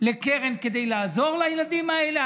לקרן כדי לעזור לילדים האלה?